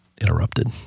interrupted